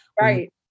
right